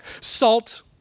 Salt